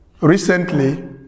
recently